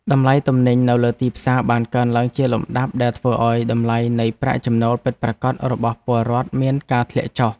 តម្លៃទំនិញនៅលើទីផ្សារបានកើនឡើងជាលំដាប់ដែលធ្វើឱ្យតម្លៃនៃប្រាក់ចំណូលពិតប្រាកដរបស់ពលរដ្ឋមានការធ្លាក់ចុះ។